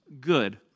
good